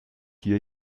hier